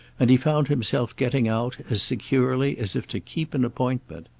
and he found himself getting out as securely as if to keep an appointment.